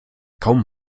kaum